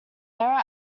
error